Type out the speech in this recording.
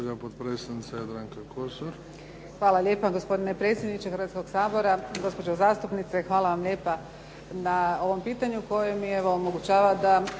hvala vam